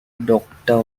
doctor